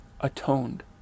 atoned